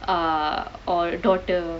err or daughter